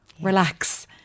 relax